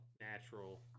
natural